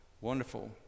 wonderful